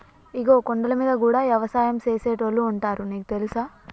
ఇగో కొండలమీద గూడా యవసాయం సేసేటోళ్లు ఉంటారు నీకు తెలుసా